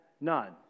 none